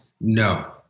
No